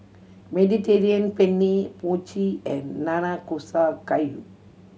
Mediterranean Penne Mochi and Nanakusa Gayu